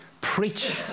Preach